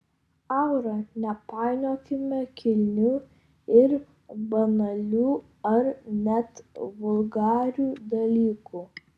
aura nepainiokime kilnių ir banalių ar net vulgarių dalykų